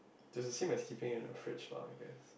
does it seem as keeping it in the fridge lah I guess